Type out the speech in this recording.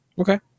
Okay